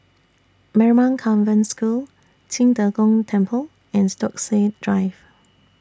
Marymount Convent School Qing De Gong Temple and Stokesay Drive